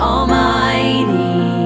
Almighty